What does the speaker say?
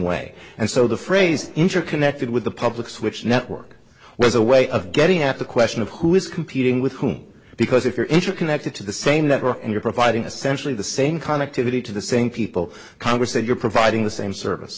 way and so the phrase interconnected with the public switch network was a way of getting at the question of who is competing with whom because if you're interconnected to the same network and you're providing essentially the same kind of activity to the same people congress said you're providing the same service